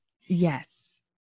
Yes